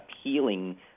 appealing